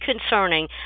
concerning